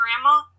grandma